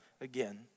again